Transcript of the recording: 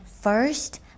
first